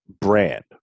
brand